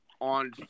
on –